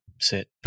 sit